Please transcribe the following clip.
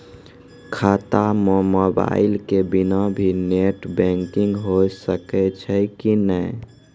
खाता म मोबाइल के बिना भी नेट बैंकिग होय सकैय छै कि नै?